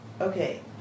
okay